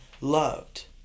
loved